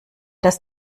das